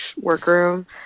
workroom